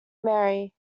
mary